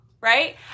right